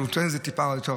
שהוא נותן יותר רוחב,